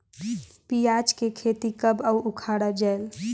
पियाज के खेती कब अउ उखाड़ा जायेल?